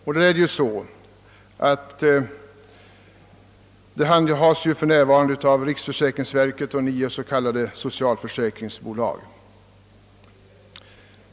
Försäkringsfrågorna handlägges för närvarande av riksförsäkringsverket och nio s.k. socialförsäkringsbolag.